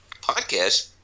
podcast